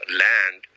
land